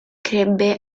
crebbe